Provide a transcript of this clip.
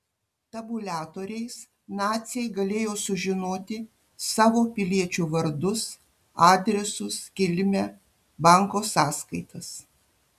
tabuliatoriais naciai galėjo sužinoti savo piliečių vardus adresus kilmę banko sąskaitas